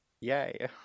yay